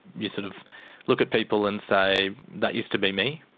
you sort of look at people and say, that used to be me?